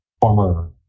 former